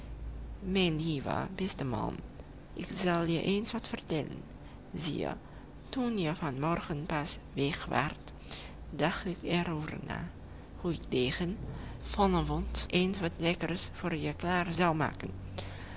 lieve beste man ik zal je eens wat vertellen zie je toen je van morgen pas weg waart dacht ik er over na hoe ik tegen van avond eens wat lekkers voor je klaar zou maken